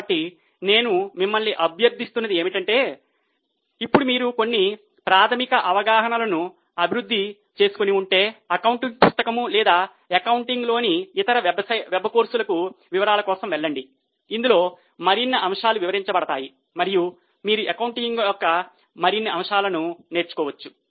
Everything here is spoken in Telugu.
కాబట్టి నేను మిమ్మల్ని అభ్యర్థిస్తున్నది ఏమిటంటే ఇప్పుడు మీరు కొన్ని ప్రాథమిక అవగాహనలను అభివృద్ధి చేసి ఉంటే అకౌంటింగ్ పుస్తకం లేదా అకౌంటింగ్లోని కొన్ని ఇతర వెబ్ కోర్సులకు వివరాల కోసం వెళ్ళండి ఇందులో మరిన్ని అంశాలు వివరించబడతాయి మరియు మీరు అకౌంటింగ్ యొక్క మరిన్ని అంశాలను నేర్చుకోవచ్చు